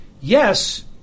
Yes